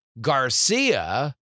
Garcia